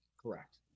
Correct